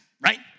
right